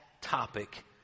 topic